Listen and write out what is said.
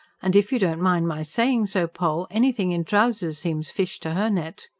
and if you don't mind my saying so, poll, anything in trousers seems fish to her net!